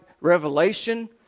Revelation